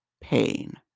pain